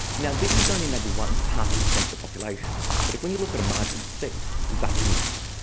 now this is only maybe one half a percent of the population but if when you look at a marginal seat that can matter.